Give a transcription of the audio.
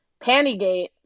Pantygate